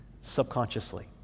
subconsciously